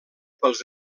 pels